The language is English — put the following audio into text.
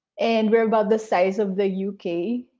and we're about the size of the u k.